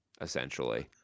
essentially